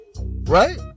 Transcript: right